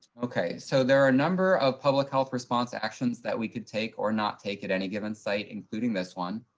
okay, so there are a number of public health response actions that we could take or not take at any given site, including this one.